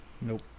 Nope